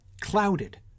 clouded